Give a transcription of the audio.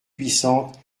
puissante